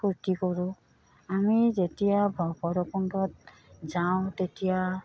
ফূৰ্তি কৰোঁ আমি যেতিয়া ভৈৰৱকুণ্ডত যাওঁ তেতিয়া